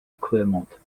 clermont